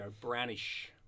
brownish